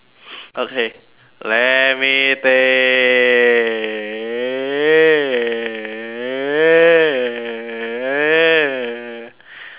okay let me think